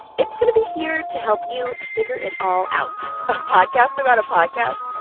it's going to be here to help you figure it all out a podcast about a podcast?